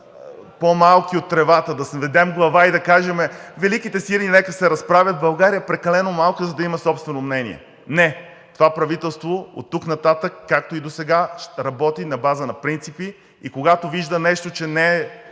по-малки от тревата, да сведем глава и да кажем: „Великите сили нека се разправят, България е прекалено малка, за да има собствено мнение.“ Не! Това правителство оттук нататък, както и досега, работи на база на принципи и когато вижда, че нещо